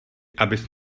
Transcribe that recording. abys